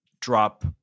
drop